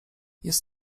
jest